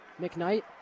mcknight